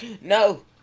No